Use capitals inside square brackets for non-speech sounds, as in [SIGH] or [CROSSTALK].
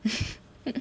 [LAUGHS]